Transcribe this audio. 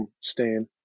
stain